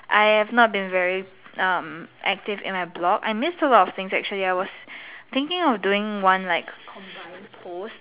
I have not been very um active in my blog I missed a lot of things actually I was thinking of doing one like combined post